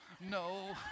no